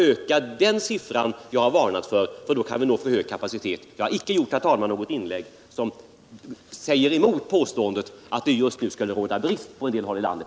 Jag har varnat för att öka siffran, eftersom vi då kommer att få överkapacitet, men jag har icke, herr talman, i mitt inlägg gått emot påståendet att det nu skulle råda brist på just sådan personal på en det håll i landet.